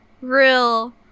real